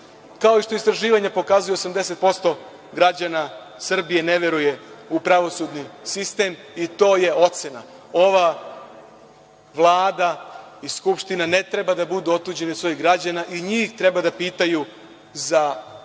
kao što istraživanja pokazuju, 80% građana Srbije ne veruje u pravosudni sistem i to je ocena. Ova Vlada i Skupština ne treba da budu otuđeni od svojih građana i njih treba da pitaju za ocenu